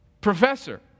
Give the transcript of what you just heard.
professor